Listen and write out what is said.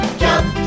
jump